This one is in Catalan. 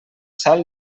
sal